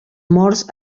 morts